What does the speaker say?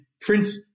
Prince